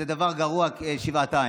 זה דבר גרוע שבעתיים.